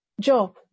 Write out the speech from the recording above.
Job